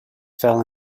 fell